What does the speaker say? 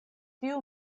tiu